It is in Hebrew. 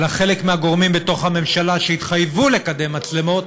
חלק מגורמי הממשלה שהתחייבו לקדם הצבת מצלמות